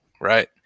right